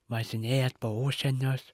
važinėjat po užsienius